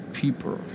people